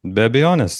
be abejonės